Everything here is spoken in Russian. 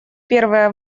первые